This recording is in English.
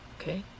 okay